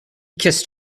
kissed